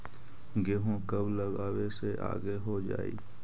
गेहूं कब लगावे से आगे हो जाई?